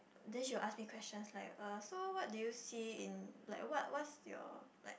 then she will ask me question like uh so what do you see in like what what's your like